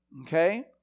Okay